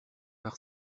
par